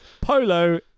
Polo